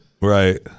Right